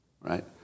right